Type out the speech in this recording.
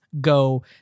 go